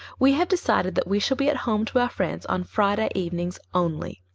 we have decided that we shall be at home to our friends on friday evenings only.